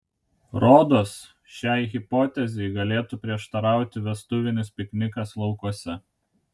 rodos šiai hipotezei galėtų prieštarauti vestuvinis piknikas laukuose